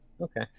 Okay